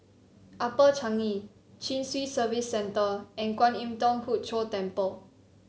Upper Changi Chin Swee Service Centre and Kwan Im Thong Hood Cho Temple